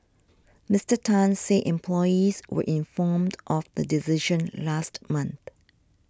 Mister Tan said employees were informed of the decision last month